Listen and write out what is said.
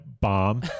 bomb